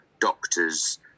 doctors